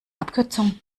abkürzung